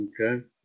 okay